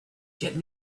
get